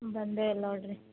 ಬಂದೇ ಇಲ್ಲ ನೋಡಿರಿ